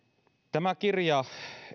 tämä kirja